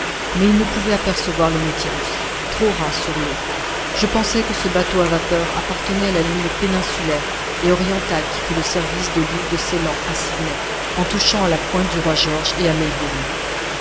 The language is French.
mais il ne pouvait apercevoir le nautilus trop ras sur l'eau je pensai que ce bateau à vapeur appartenait à la ligne péninsulaire et orientale qui fait le service de l'île de ceyland à sydney en touchant à la pointe du roi george et à melbourne